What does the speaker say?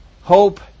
Hope